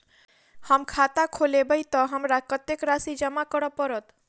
हम खाता खोलेबै तऽ हमरा कत्तेक राशि जमा करऽ पड़त?